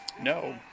No